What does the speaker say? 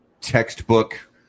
textbook